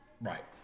Right